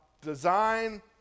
design